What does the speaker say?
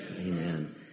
Amen